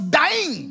dying